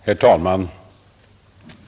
Herr talman!